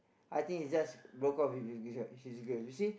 I think he just broke up with with with his girl you see